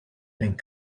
pink